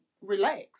relax